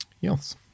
Yes